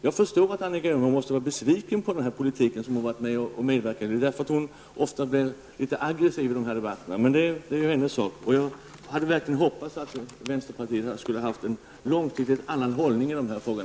Jag förstår att Annika Åhnberg måste vara besviken på den politik som hon har medverkat till. Det är därför hon ofta blir litet aggressiv i denna debatt. Men det är hennes sak. Jag hade verkligen hoppats att vänsterpartiet skulle ha haft en annan hållning i den här frågan.